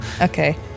Okay